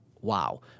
Wow